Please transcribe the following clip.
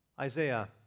Isaiah